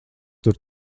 tur